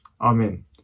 Amen